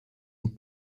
and